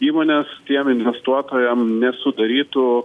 įmonės tiem investuotojam nesudarytų